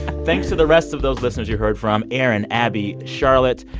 thanks to the rest of those listeners you heard from erin, abby, charlotte,